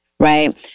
Right